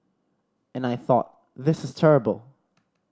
and I thought This is terrible